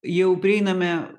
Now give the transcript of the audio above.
jau prieiname